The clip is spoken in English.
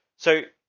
so.